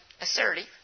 assertive